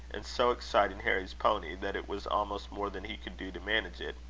and so exciting harry's pony, that it was almost more than he could do to manage it,